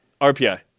RPI